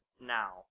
now